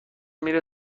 میره